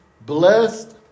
Blessed